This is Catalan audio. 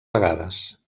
vegades